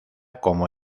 como